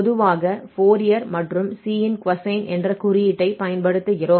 பொதுவாக ஃபோரியர் மற்றும் c இன் கொசைன் என்ற குறியீட்டைப் பயன்படுத்துகிறோம்